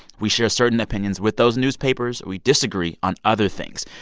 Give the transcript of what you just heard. we share certain opinions with those newspapers. we disagree on other things.